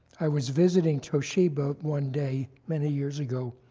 i was visiting toshiba one day many years ago